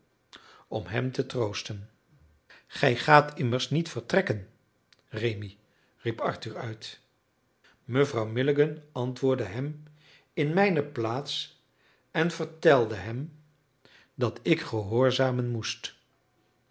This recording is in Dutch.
om hem te troosten gij gaat immers niet vertrekken rémi riep arthur uit mevrouw milligan antwoordde hem in mijne plaats en vertelde hem dat ik gehoorzamen moest